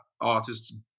artists